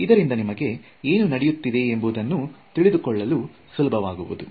ಇದರಿಂದ ನಿಮಗೆ ಏನು ನಡೆಯುತ್ತಿದೆ ಎಂಬುದನ್ನು ತಿಳಿದುಕೊಳ್ಳಲು ಸುಲಭವಾಗುವುದು